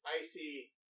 icy